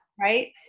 Right